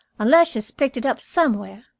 unless she's picked it up somewhere.